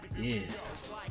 Yes